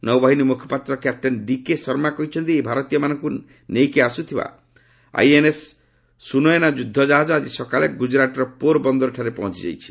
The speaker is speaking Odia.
ନୌବାହିନୀ ମୁଖପାତ୍ର କ୍ୟାପ୍ଟେନ୍ ଡିକେ ଶର୍ମା କହିଛନ୍ତି ଏହି ଏଭାରତୀୟମାନଙ୍କୁ ନେଇକି ଆସୁଥିବା ଆଇଏନ୍ଏସ୍ ସୁନୟନା ଯୁଦ୍ଧ ଜାହାଜ ଆଜି ସକାଳେ ଗୁଜରାଟର ପୋର ବନ୍ଦରଠାରେ ପହଞ୍ଚି ଯାଇଛି